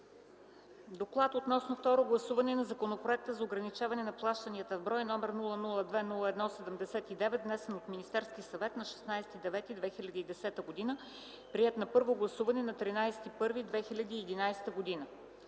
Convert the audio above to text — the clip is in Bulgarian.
„Доклад относно второ гласуване на Законопроекта за ограничаване на плащанията в брой, № 002-01-79, внесен от Министерския съвет на 16.09.2010 г., приет на първо гласуване на 13.01.2011 г.”